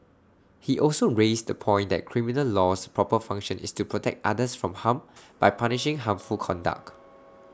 he also raised the point that criminal law's proper function is to protect others from harm by punishing harmful conduct